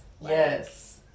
Yes